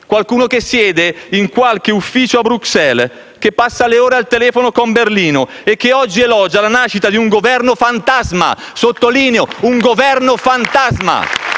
qualcuno che siede in qualche ufficio a Bruxelles, che passa le ore al telefono con Berlino e che oggi elogia la nascita di un Governo fantasma, sottolineo: un Governo fantasma.